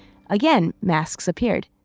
again masks appeared.